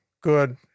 good